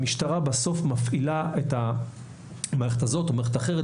בסוף המשטרה מפעילה את המערכת הזאת או מערכת אחרת